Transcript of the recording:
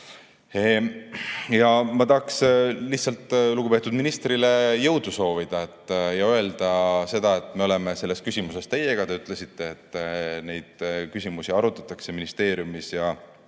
Ma tahaksin lugupeetud ministrile jõudu soovida ja öelda, et me oleme selles küsimuses teiega. Te ütlesite, et neid küsimusi arutatakse ministeeriumis, ja